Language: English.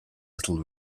little